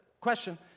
Question